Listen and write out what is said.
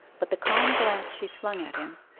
but the calm glance she flung at him,